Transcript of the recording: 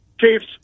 Chiefs